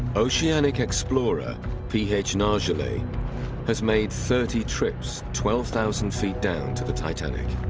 oceanic explorer ph nargeolet has made thirty trips twelve thousand feet down to the titanic.